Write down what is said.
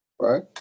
Right